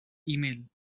email